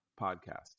podcast